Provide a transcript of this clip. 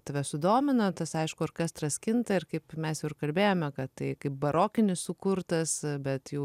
tave sudomino tas aišku orkestras kinta ir kaip mes kalbėjome kad tai kaip barokinis sukurtas bet jau